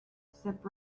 step